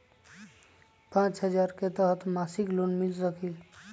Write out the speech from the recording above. पाँच हजार के तहत मासिक लोन मिल सकील?